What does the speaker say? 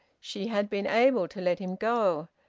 she had been able to let him go.